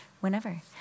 whenever